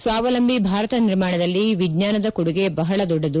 ಸ್ವಾವಲಂಬಿ ಭಾರತ ನಿರ್ಮಾಣದಲ್ಲಿ ವಿಜ್ಞಾನದ ಕೊಡುಗೆ ಬಹಳ ದೊಡ್ಡದು